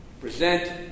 present